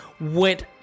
went